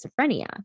schizophrenia